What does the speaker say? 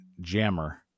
Jammer